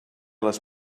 les